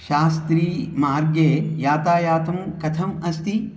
शास्त्रीमार्गे यातायातं कथम् अस्ति